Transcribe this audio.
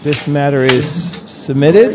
this matter is submitted